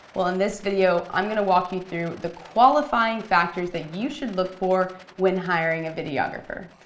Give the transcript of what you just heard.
well in this video, i'm gonna walk you through the qualifying factors that you should look for when hiring a videographer.